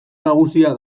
nagusia